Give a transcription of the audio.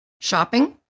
shopping